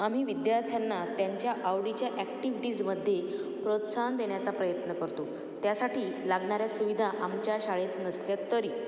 आम्ही विद्यार्थ्यांना त्यांच्या आवडीच्या ॲक्टिव्हटीजमध्ये प्रोत्साहन देण्याचा प्रयत्न करतो त्यासाठी लागणाऱ्या सुविधा आमच्या शाळेत नसल्या तरी